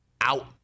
out